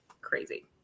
crazy